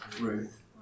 Ruth